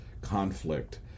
conflict